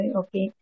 okay